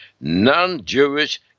non-Jewish